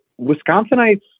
Wisconsinites